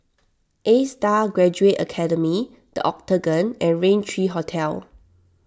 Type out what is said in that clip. A Star Graduate Academy the Octagon and Raintr thirty three Hotel